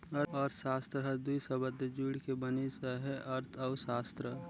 अर्थसास्त्र हर दुई सबद ले जुइड़ के बनिस अहे अर्थ अउ सास्त्र